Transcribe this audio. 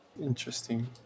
Interesting